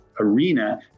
arena